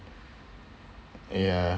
ya